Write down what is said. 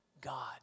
God